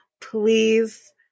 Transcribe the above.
please